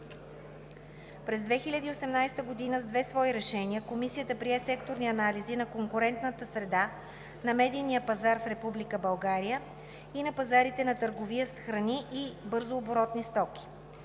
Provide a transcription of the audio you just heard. През 2018 г. с две свои решения Комисията прие секторни анализи на конкурентната среда на медийния пазар в Република България и на пазарите на търговия с храни и бързооборотни стоки.